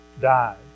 Died